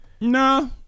Nah